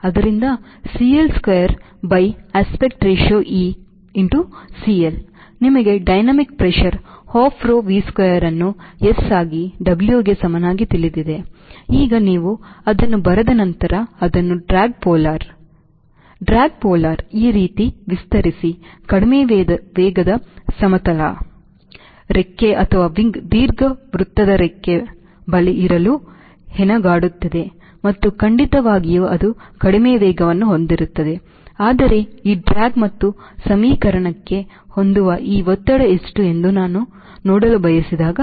ಆದ್ದರಿಂದ CL square by pi aspect ratio e ಮತ್ತು cl ನಿಮಗೆ dynamic pressure half rho V square ಅನ್ನು S ಆಗಿ W ಗೆ ಸಮನಾಗಿ ತಿಳಿದಿದೆ ಈಗ ನೀವು ಅದನ್ನು ಬರೆದ ನಂತರ ಅದನ್ನು drag polar drag polar ಈ ರೀತಿ ವಿಸ್ತರಿಸಿ ಕಡಿಮೆ ವೇಗದ ಸಮತಲ ರೆಕ್ಕೆ ದೀರ್ಘವೃತ್ತದ ರೆಕ್ಕೆ ಬಳಿ ಇರಲು ಹೆಣಗಾಡುತ್ತಿದೆ ಮತ್ತು ಖಂಡಿತವಾಗಿಯೂ ಅದು ಕಡಿಮೆ ವೇಗವನ್ನು ಹೊಂದಿರುತ್ತದೆ ಆದರೆ ಈ ಡ್ರ್ಯಾಗ್ ಮತ್ತು ಈ ಸಮೀಕರಣಕ್ಕೆ ಹೊಂದುವ ಈ ಒತ್ತಡ ಎಷ್ಟು ಎಂದು ನಾನು ನೋಡಲು ಬಯಸಿದಾಗ